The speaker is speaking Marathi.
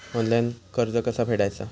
ऑनलाइन कर्ज कसा फेडायचा?